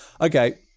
Okay